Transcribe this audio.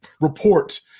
report